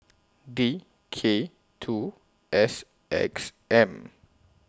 D K two S X M